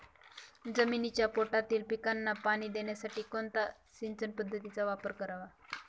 जमिनीच्या पोटातील पिकांना पाणी देण्यासाठी कोणत्या सिंचन पद्धतीचा वापर करावा?